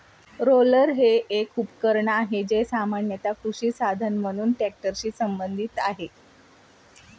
roller हे एक उपकरण आहे, जे सामान्यत कृषी साधन म्हणून ट्रॅक्टरशी संबंधित आहे